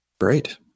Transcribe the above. Great